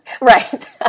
Right